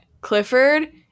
Clifford